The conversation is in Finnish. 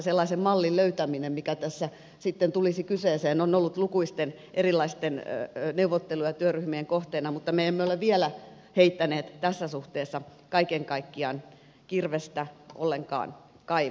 sellaisen mallin löytäminen mikä tässä sitten tulisi kyseeseen on ollut lukuisten erilaisten neuvottelu ja työryhmien kohteena mutta me emme ole vielä heittäneet tässä suhteessa kaiken kaikkiaan kirvestä ollenkaan kaivoon